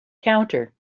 counter